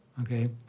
okay